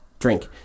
drink